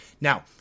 now